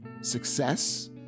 success